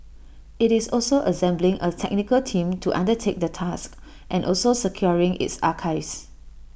IT is also assembling A technical team to undertake the task and also securing its archives